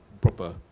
proper